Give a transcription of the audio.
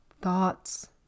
thoughts